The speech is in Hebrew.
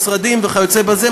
משרדים וכיוצא בזה,